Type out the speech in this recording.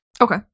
okay